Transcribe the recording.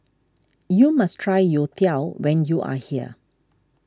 you must try Youtiao when you are here